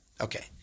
Okay